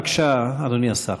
בבקשה, אדוני השר.